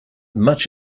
much